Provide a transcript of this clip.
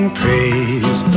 praise